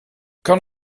kan